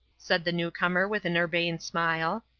said the newcomer with an urbane smile.